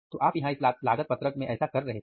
तो आप यहां इस लागत पत्रक में ऐसा कर रहे थे